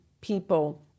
people